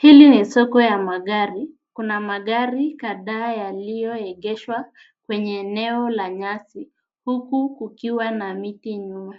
Hii ni soko la magari, ambapo magari kadhaa yameegeshwa kwenye eneo lenye nyasi, huku miti ikiwa nyuma yao.